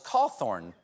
Cawthorn